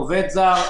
עובד זר,